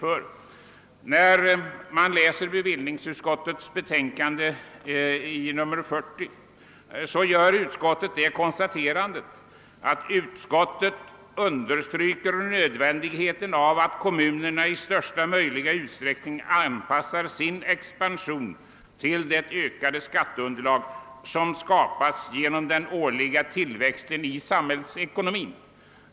Läser man bevillningsutskottets betänkande nr 40 finner man att utskottet understryker »nödvändigheten av att kommunerna i största möjliga ut sträckning anpassar sin expansion till det ökade skatteunderlag som skapas genom den årliga tillväxten i samhällsekonomin«.